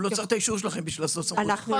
לא צריך את האישור שלכם בשביל לעשות שימוש בסמכות שלו.